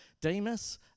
Demas